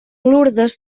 lurdes